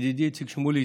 ידידי איציק שמולי,